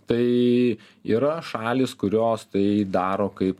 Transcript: tai yra šalys kurios tai daro kaip